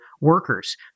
workers